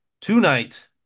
Tonight